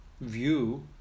view